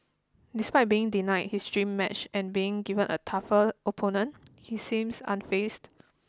despite being denied his dream match and being given a tougher opponent he seems unfazed